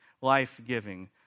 life-giving